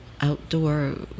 outdoor